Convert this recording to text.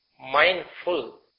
Mindful